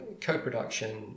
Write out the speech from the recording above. co-production